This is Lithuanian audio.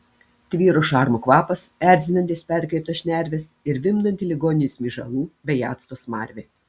tvyro šarmo kvapas erzinantis perkreiptas šnerves ir vimdanti ligoninės myžalų bei acto smarvė